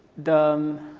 the